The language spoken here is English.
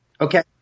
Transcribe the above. Okay